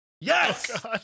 Yes